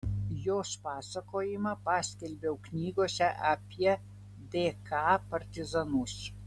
jos pasakojimą paskelbiau knygose apie dka partizanus